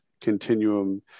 Continuum